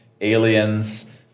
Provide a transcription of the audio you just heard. aliens